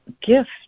gift